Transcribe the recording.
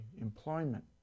employment